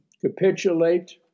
Capitulate